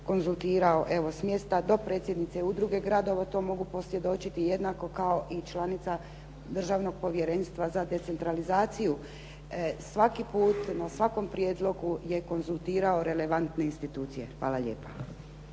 konzultirao evo s mjesta dopredsjednice udruge gradova to mogu posvjedočiti jednako kao članica Držanog povjerenstva za decentralizaciju. Svaki put na svakom prijedlogu je konzultirao relevantne institucije. Hvala lijepa.